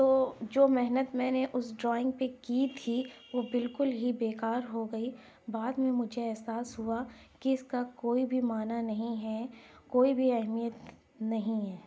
تو جو محنت میں نے اس ڈرائنگ پہ کی تھی وہ بالکل ہی بیکار ہوگئی بعد میں مجھے احساس ہوا کہ اس کا کوئی بھی معنی نہیں ہے کوئی بھی اہمیت نہیں ہے